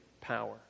power